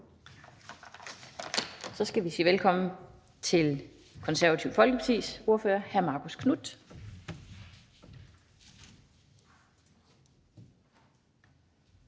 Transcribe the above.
Så skal vi sige velkommen til Det Konservative Folkepartis ordfører, hr. Marcus Knuth.